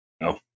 no